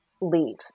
leave